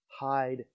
Hide